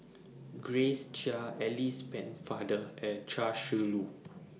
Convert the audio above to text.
Grace Chia Alice Pennefather and Chia Shi Lu